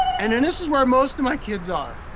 and then this is where most of my kids are.